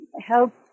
help